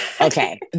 Okay